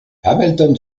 hamilton